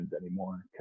anymore